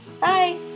Bye